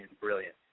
brilliant